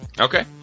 Okay